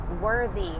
worthy